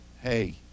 hey